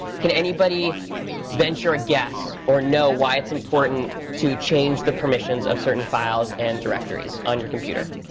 can anybody venture a guess or know why it's important to change the permissions of certain files and directories on your computer?